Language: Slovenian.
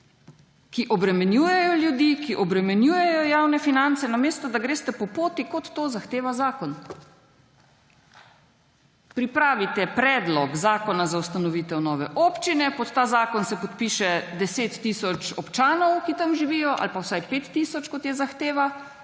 ki obremenjujejo ljudi, ki obremenjujejo javne finance, namesto da greste po poti, kot to zahteva zakon. Pripravite predlog zakona za ustanovitev nove občine, pod ta zakon se podpiše 10 tisoč občanov, ki tam živijo, ali pa vsaj 5 tisoč, kot je zahteva,